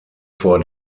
vor